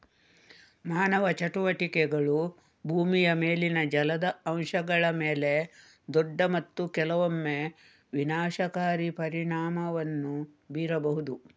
ಮಾನವ ಚಟುವಟಿಕೆಗಳು ಭೂಮಿಯ ಮೇಲಿನ ಜಲದ ಅಂಶಗಳ ಮೇಲೆ ದೊಡ್ಡ ಮತ್ತು ಕೆಲವೊಮ್ಮೆ ವಿನಾಶಕಾರಿ ಪರಿಣಾಮವನ್ನು ಬೀರಬಹುದು